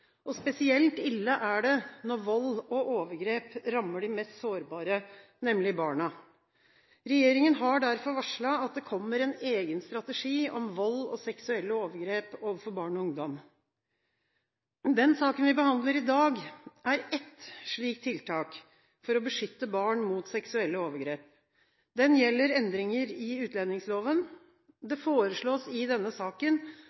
tryggheten. Spesielt ille er det når vold og overgrep rammer de mest sårbare, nemlig barna. Regjeringen har derfor varslet at det kommer en egen strategi om vold og seksuelle overgrep overfor barn og ungdom. Den saken vi behandler i dag, er ett slikt tiltak for å beskytte barn mot seksuelle overgrep. Den gjelder endringer i utlendingsloven. Det foreslås i denne saken